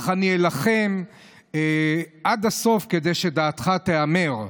אך אני אילחם עד הסוף כדי שדעתך תיאמר.